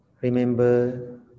Remember